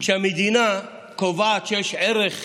שכשהמדינה קובעת שיש ערך